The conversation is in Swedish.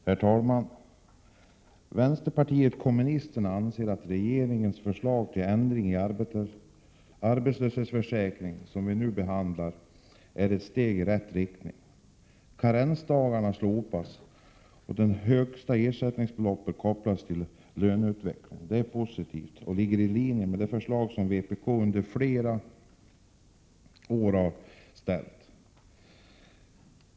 Herr talman! Vänsterpartiet kommunisterna anser att regeringens förslag till ändring i arbetslöshetsförsäkringen, som vi nu behandlar, är ett steg i rätt riktning. Att karensdagarna slopas och att högsta ersättningsbelopp kopplas till löneutvecklingen är positivt och ligger i linje med de förslag vpk under flera år har lagt fram.